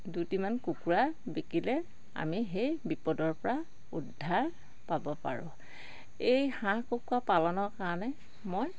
দুটিমান কুকুৰা বিকিলে আমি সেই বিপদৰ পৰা উদ্ধাৰ পাব পাৰোঁ এই হাঁহ কুকুৰা পালনৰ কাৰণে মই